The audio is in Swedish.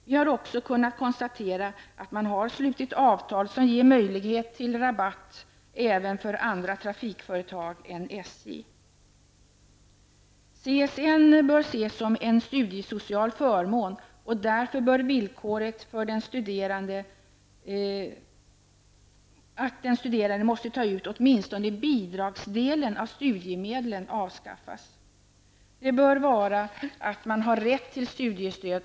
Vi har också kunnat konstatera att man har slutit avtal som ger möjlighet till rabatt även med andra trafikföretag än SJ. CSN-kortet bör ses som en studiesocial förmån och därför bör villkoret att den studerande måste ta ut åtminstone bidragsdelen av studiemedlen avskaffas. Det avgörande bör vara att man har rätt till studiestöd.